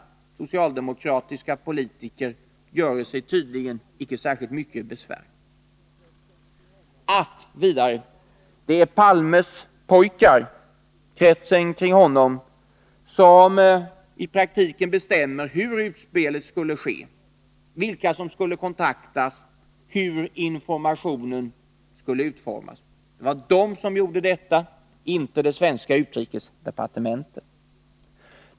Att det är Palmes pojkar — kretsen kring honom — som i praktiken bestämde hur utspelet skulle ske, vilka som skulle kontaktas och hur informationen skulle utformas. Det var de som gjorde detta, inte det svenska utrikesdepartementet.